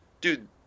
dude